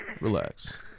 Relax